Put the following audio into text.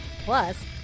Plus